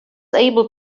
able